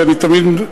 שאני תמיד,